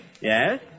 Yes